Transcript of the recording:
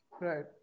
right